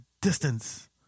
distance